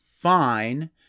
fine